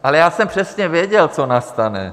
Ale já jsem přesně věděl, co nastane.